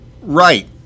Right